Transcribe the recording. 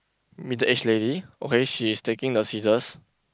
middle-aged lady okay she is taking the scissors